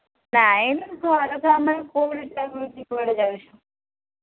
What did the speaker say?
ନାଇଁ ମ ଘର କାମରେ କୋଉଠି ଟାଇମ୍ ଅଛି କୁଆଡ଼େ ଯାଉଛୁ